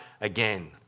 again